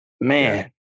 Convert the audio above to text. Man